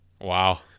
Wow